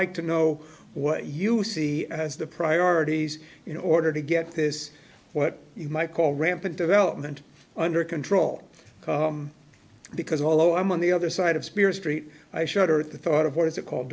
like to know what you see as the priorities in order to get this what you might call rampant development under control because although i'm on the other side of spirit street i shudder at the thought of what is it called